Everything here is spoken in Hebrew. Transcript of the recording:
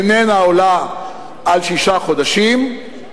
אינה עולה על שישה חודשים,